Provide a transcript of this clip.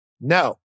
No